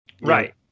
Right